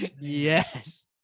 Yes